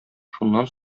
шуннан